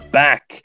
back